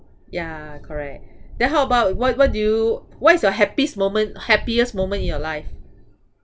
ya correct then how about what what do you what is your happiest moment happiest moment in your life